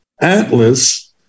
atlas